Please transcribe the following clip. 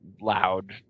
loud